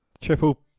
Triple